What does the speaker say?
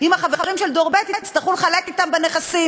אם החברים של דור ב' יצטרכו להתחלק אתם בנכסים?